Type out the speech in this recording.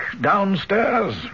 downstairs